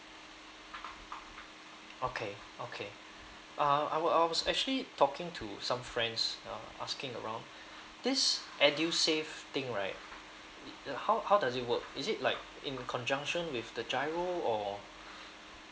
okay okay uh I was I was actually talking to some friends uh asking around this edusave thing right how how does it work is it like in conjunction with the giro or